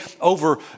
over